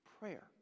prayer